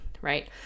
right